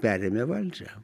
perėmė valdžią